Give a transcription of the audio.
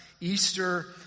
Easter